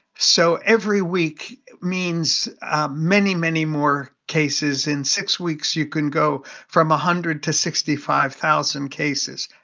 so every week means many, many more cases. in six weeks, you can go from a hundred to sixty five thousand cases.